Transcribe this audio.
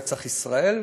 נצח ישראל,